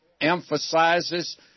emphasizes